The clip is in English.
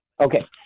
Okay